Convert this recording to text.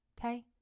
Okay